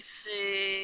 see